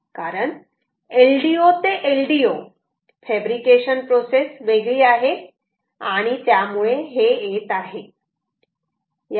कारण LDO ते LDO fabrication process वेगळी आहे आणि त्यामुळे हे येत आहे